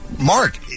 Mark